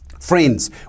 Friends